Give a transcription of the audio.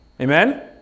Amen